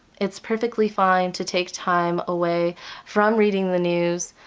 it's perfectly fine to take time away from reading the news